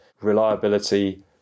reliability